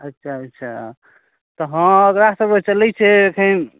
अच्छा अच्छा तऽ हँ ओकरासबके चलै छै एखन